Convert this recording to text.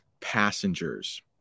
passengers